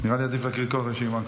נראה לי שעדיף להקריא את כל הרשימה.